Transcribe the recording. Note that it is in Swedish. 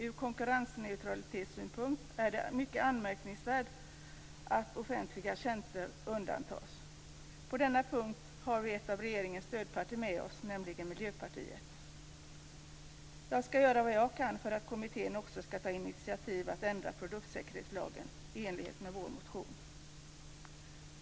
Ur konkurrensneutralitetssynpunkt är det mycket anmärkningsvärt att offentliga tjänster undantas. På denna punkt har vi ett av regeringens stödpartier med oss, nämligen Miljöpartiet. Jag skall göra vad jag kan för att kommittén också skall ta initiativ till att ändra produktsäkerhetslagen i enlighet med vår motion.